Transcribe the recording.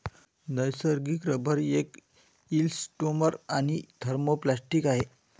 नैसर्गिक रबर एक इलॅस्टोमर आणि थर्मोप्लास्टिक आहे